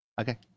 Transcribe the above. okay